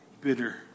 bitter